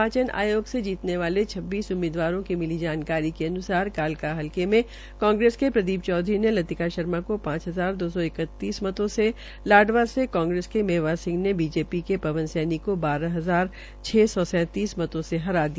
निर्वाचन आयोग से जीतने वाले छब्बीस उम्मीदवारों की मिली जानकारी के अन्सार कालका हलके के कांग्रेस के प्रदीप चौधरी ने लतिका शर्मा को पांच हजार दो सौ इकतीस मतो से लाडवा से कांग्रेस के मेवा सिंह ने बीजेपी के पवन सैनी बारह हजार छ सौ सैंतीस मतो से हरा दिया